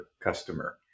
customer